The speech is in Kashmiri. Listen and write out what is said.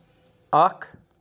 اَکھ